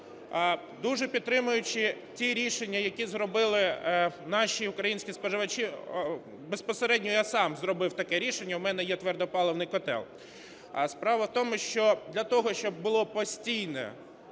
Дуже підтримуючи ті рішення, які зробили наші українські споживачі, безпосередньо я сам зробив таке рішення, у мене є твердопаливних котел. Справа в тому, що для того, щоб була постійна